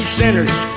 sinners